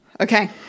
okay